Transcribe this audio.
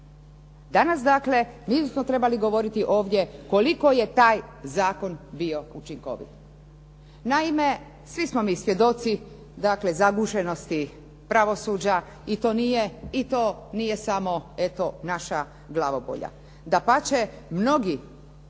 Danas dakle mi bismo trebali govoriti ovdje koliko je taj zakon bio učinkovit. Naime, svi smo mi svjedoci zagušenosti pravosuđa i to nije samo eto naša glavobolja.